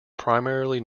primarily